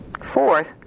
Fourth